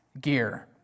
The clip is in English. gear